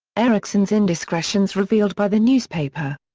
eriksson's indiscretions revealed by the newspaper.